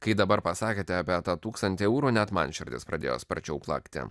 kai dabar pasakėte apie tą tūkstantį eurų net man širdis pradėjo sparčiau plakti